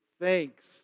thanks